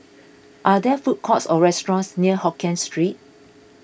are there food courts or restaurants near Hokkien Street